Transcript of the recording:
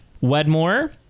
Wedmore